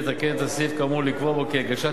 לתקן את הסעיף האמור ולקבוע בו כי הגשת